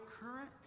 current